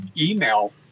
email